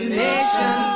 nation